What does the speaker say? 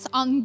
on